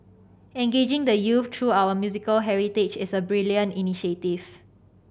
engaging the youth through our musical heritage is a brilliant initiative